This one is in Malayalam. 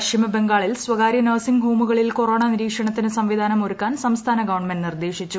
പശ്ചിമബംഗാളിൽ സ്വകാര്യ നഴ്സിംഗ് ഹോമുകളിൽ കൊറോണ നിരീക്ഷണത്തിന് സംവിധാനം ഒരുക്കാൻ സംസ്ഥാന ഗവൺമെന്റ് നിർദ്ദേശിച്ചു